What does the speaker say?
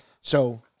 So-